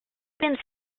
been